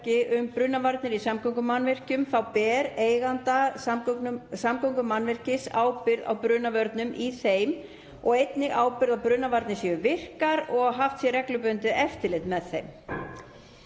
um brunavarnir í samgöngumannvirkjum þá ber eigandi samgöngumannvirkis ábyrgð á brunavörnum í þeim og einnig ábyrgð á að brunavarnir séu virkar og að haft sé reglubundið eftirlit með þeim.